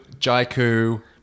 Jaiku